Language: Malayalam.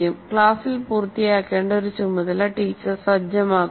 ക്ലാസ്സിൽ പൂർത്തിയാക്കേണ്ട ഒരു ചുമതല ടീച്ചർ സജ്ജമാക്കുന്നു